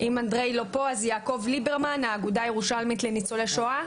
אם אנדריי לא פה אז יעקב ליברמן האגודה הירושלמית לניצולי שואה.